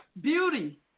Beauty